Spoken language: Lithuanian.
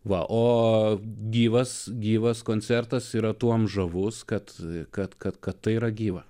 va o gyvas gyvas koncertas yra tuom žavus kad kad kad kad tai yra gyva